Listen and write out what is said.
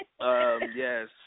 yes